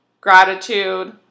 gratitude